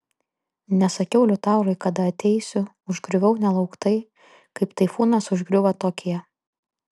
nesakiau liutaurui kada ateisiu užgriuvau nelauktai kaip taifūnas užgriūva tokiją